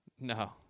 No